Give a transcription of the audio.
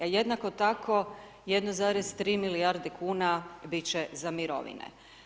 Jednako tako 1,3 milijarde kn, biti će za mirovine.